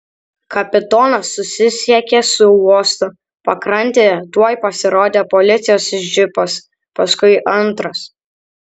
kapitonas susisiekė su uostu pakrantėje tuoj pasirodė policijos džipas paskui antras